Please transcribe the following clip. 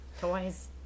Toys